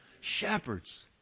Shepherds